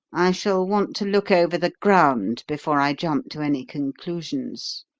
i shall want to look over the ground before i jump to any conclusions.